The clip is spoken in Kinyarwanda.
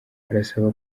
barasaba